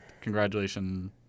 congratulations